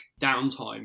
downtime